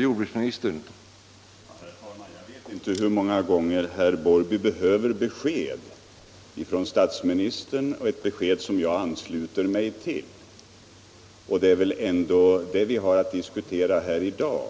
Herr talman! Jag vet inte hur många gånger herr Larsson i Borrby behöver få besked. Han har fått besked från statsministern och det är ett besked som jag ansluter mig till. Det är väl regeringens ståndpunkt i den här frågan vi har att diskutera i dag,